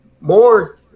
more